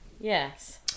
Yes